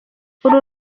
uru